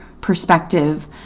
perspective